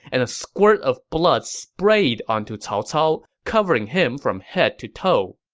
and squirt of blood sprayed onto cao cao, covering him from head to toe.